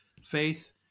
faith